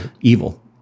evil